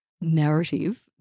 narrative